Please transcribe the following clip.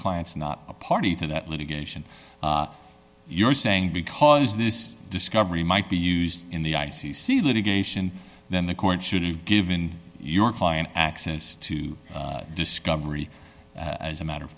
client's not a party to that litigation you're saying because this discovery might be used in the i c c litigation then the court should have given your client access to discovery as a matter of